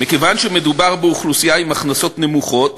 מכיוון שמדובר באוכלוסייה עם הכנסות נמוכות